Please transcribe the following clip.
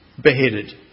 beheaded